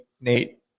nate